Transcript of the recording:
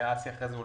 אני